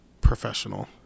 Professional